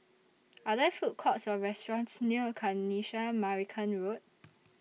Are There Food Courts Or restaurants near Kanisha Marican Road